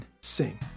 sing